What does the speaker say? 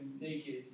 naked